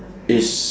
it's